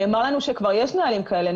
נאמר לנו שיש נהלים כאלה,